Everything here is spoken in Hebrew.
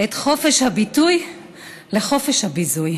את חופש הביטוי לחופש הביזוי